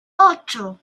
ocho